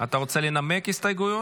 אתה רוצה לנמק הסתייגויות?